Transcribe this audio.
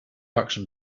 auction